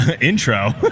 Intro